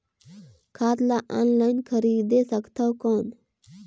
खाद ला ऑनलाइन खरीदे सकथव कौन?